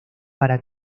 para